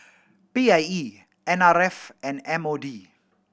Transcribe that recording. P I E N R F and M O D